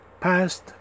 past